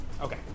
Okay